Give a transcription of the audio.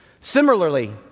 Similarly